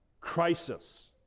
crisis